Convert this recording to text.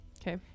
Okay